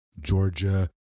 Georgia